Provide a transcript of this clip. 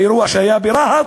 באירוע שהיה ברהט,